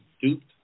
duped